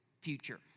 future